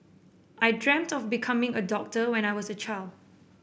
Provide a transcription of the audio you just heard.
I dreamt of becoming a doctor when I was a child